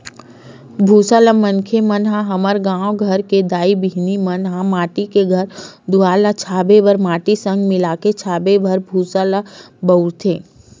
भूसा ल मनखे मन ह हमर गाँव घर के दाई बहिनी मन ह माटी के घर दुवार ल छाबे बर माटी संग मिलाके छाबे बर भूसा ल बउरथे